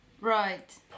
Right